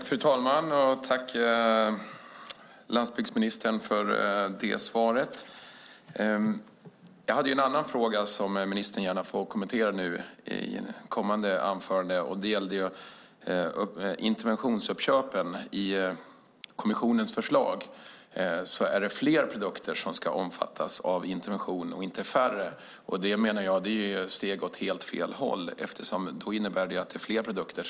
Fru talman! Tack, landsbygdsministern för det svaret. Jag hade ytterligare en fråga som ministern gärna får kommentera i nästa inlägg. Den gällde interventionsuppköpen. I kommissionens förslag ska fler produkter omfattas av intervention, inte färre. Det menar jag är ett steg åt fel håll. Det innebär att man kommer att köpa upp fler produkter.